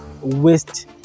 waste